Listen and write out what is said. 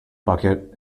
bucket